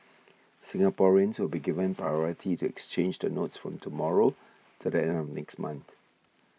Singaporeans will be given priority to exchange the notes from tomorrow to the end of next month